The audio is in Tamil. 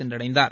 சென்றடைந்தார்